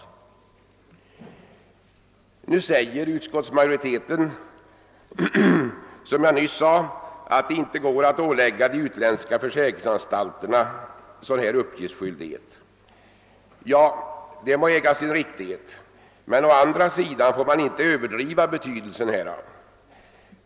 Som jag nyss sade skriver utskottets majoritet att det inte går att ålägga de utländska försäkringsanstalterna sådan uppgiftsskyldighet. Detta må äga sin riktighet, men man får å andra sidan inte överdriva betydelsen härav.